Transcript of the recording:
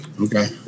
Okay